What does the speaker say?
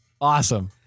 Awesome